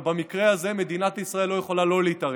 אבל במקרה הזה מדינת ישראל לא יכולה לא להתערב.